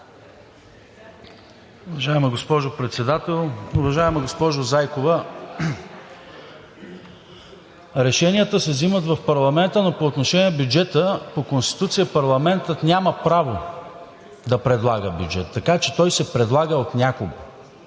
Уважаема госпожо Председател, уважаема госпожо Зайкова! Решенията се взимат в парламента, но по отношение на бюджета по Конституция парламентът няма право да предлага бюджет, така че той се предлага от някого